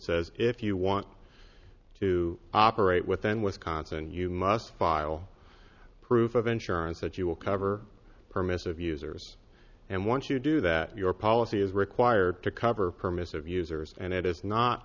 says if you want to operate within wisconsin you must file proof of insurance that you will cover permissive users and once you do that your policy is required to cover permissive users and it is not